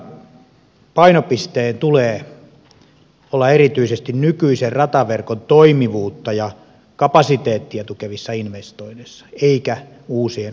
raideliikenneinvestoinneissa painopisteen tulee olla erityisesti nykyisen rataverkon toimivuutta ja kapasiteettia tukevissa investoinneissa eikä uusien ratayhteyksien investoinneissa